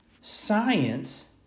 science